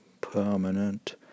permanent